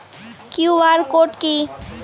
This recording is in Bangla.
কিউ.আর কোড কি?